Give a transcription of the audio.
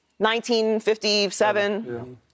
1957